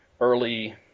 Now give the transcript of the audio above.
early